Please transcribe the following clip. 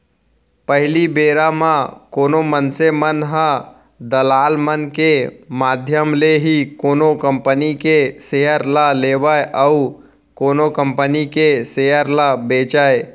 पहिली बेरा म कोनो मनसे मन ह दलाल मन के माधियम ले ही कोनो कंपनी के सेयर ल लेवय अउ कोनो कंपनी के सेयर ल बेंचय